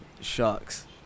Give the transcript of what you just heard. Sharks